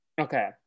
Okay